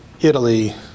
Italy